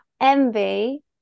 envy